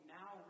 now